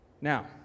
Now